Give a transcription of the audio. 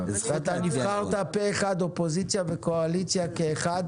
ואתה נבחרת פה אחד אופוזיציה וקואליציה כאחד.